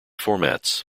formats